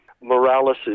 Morales